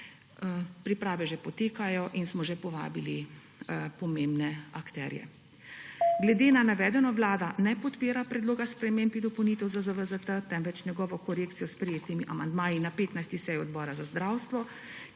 Priprave že potekajo in smo že povabili pomembne akterje. Glede na navedeno Vlada ne podpira predloga sprememb in dopolnitev ZZVZZ-T, temveč njegovo korekcijo s sprejetimi amandmaji na 15. seji Odbora za zdravstvo,